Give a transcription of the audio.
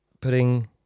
putting